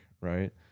right